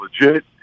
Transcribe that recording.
legit